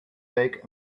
week